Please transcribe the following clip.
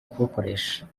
kuwukoresha